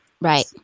Right